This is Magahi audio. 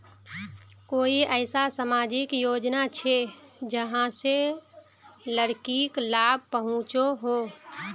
कोई ऐसा सामाजिक योजना छे जाहां से लड़किक लाभ पहुँचो हो?